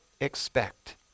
expect